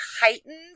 heightened